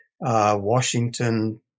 Washington